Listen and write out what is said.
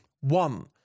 one